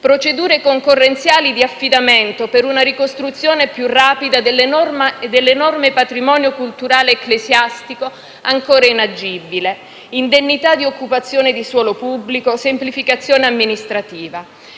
procedure concorrenziali di affidamento per una ricostruzione più rapida dell'enorme patrimonio culturale ecclesiastico ancora inagibile, indennità di occupazione di suolo pubblico, semplificazione amministrativa.